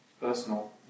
Personal